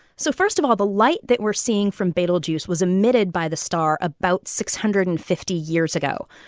so first of all, the light that we're seeing from betelgeuse was emitted by the star about six hundred and fifty years ago.